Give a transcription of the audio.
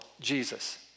Jesus